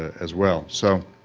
as well. so